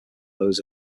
those